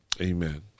Amen